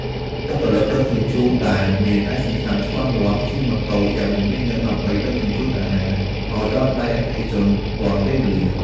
បុគ្គលិកដឹកជញ្ជូនដែលមានឯកសណ្ឋានច្បាស់លាស់ជិះម៉ូតូយ៉ាងមមាញឹក ដើម្បីដឹកជញ្ជូនអាហារឱ្យដល់ដៃអតិថិជនទាន់ពេលវេលា។